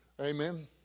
Amen